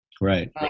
right